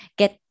get